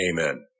Amen